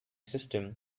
system